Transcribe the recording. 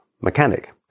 mechanic